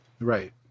Right